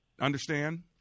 understand